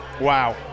Wow